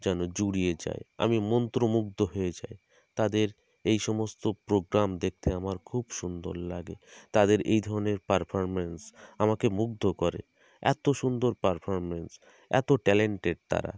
যেন জুড়িয়ে যায় আমি মন্ত্রমুগ্ধ হয়ে যাই তাদের এই সমস্ত প্রোগ্রাম দেখতে আমার খুব সুন্দর লাগে তাদের এই ধরনের পারফরমেন্স আমাকে মুগ্ধ করে এত সুন্দর পারফরমেন্স এত ট্যালেন্টেড তারা